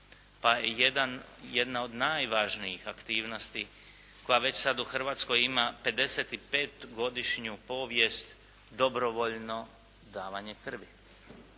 pa je jedna od najvažnijih aktivnosti koja već sad u Hrvatskoj ima 55 godišnju povijest, dobrovoljno davanje krvi.